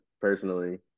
personally